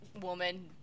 woman